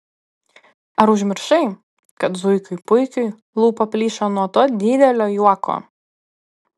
ar užmiršai kad zuikiui puikiui lūpa plyšo nuo to didelio juoko